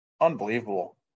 unbelievable